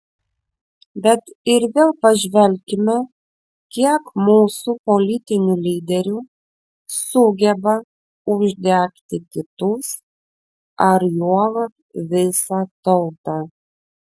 bet ir vėl pažvelkime kiek mūsų politinių lyderių sugeba uždegti kitus ar juolab visą tautą